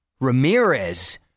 Ramirez